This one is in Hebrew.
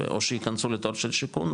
או שיכנסו לתור של שיכון,